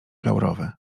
laurowy